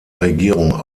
regierung